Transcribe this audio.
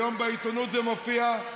היום בעיתונות זה מופיע,